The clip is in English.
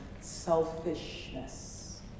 selfishness